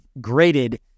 graded